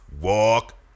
walk